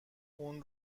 اون